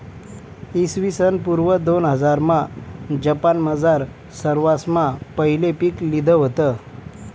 इसवीसन पूर्व दोनहजारमा जपानमझार सरवासमा पहिले पीक लिधं व्हतं